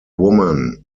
woman